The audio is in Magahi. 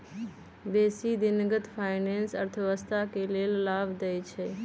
बेशी दिनगत फाइनेंस अर्थव्यवस्था के लेल लाभ देइ छै